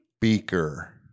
Beaker